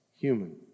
human